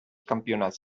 campionats